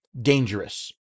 dangerous